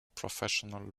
professional